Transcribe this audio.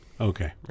Okay